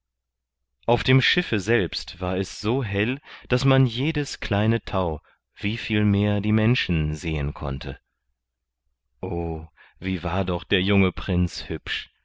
auf dem schiffe selbst war es so hell daß man jedes kleine tau wie viel mehr die menschen sehen konnte o wie war doch der junge prinz hübsch